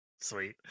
Sweet